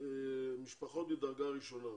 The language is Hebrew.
שזה משפחות מדרגה ראשונה.